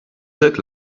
look